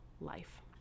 life